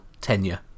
tenure